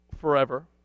forever